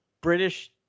British